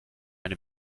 eine